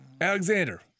Alexander